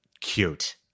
Cute